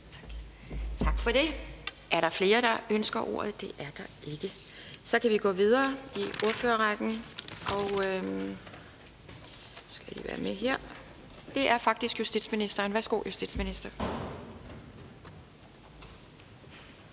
Tak for det. Er der flere, der ønsker ordet? Det er der ikke, og så kan vi gå videre, og det er justitsministeren. Værsgo. Kl. 11:48 Justitsministeren